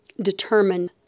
determine